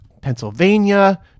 Pennsylvania